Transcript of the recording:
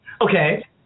Okay